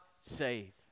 save